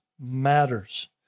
matters